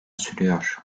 sürüyor